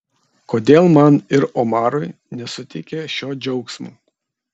kodėl man ir omarui nesuteikė šio džiaugsmo